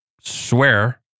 swear